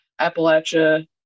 Appalachia